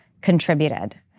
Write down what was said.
contributed